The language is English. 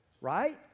right